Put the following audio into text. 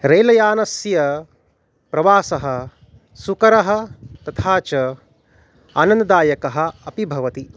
रेलयानस्य प्रवासः सुकरः तथा च आनन्ददायकः अपि भवति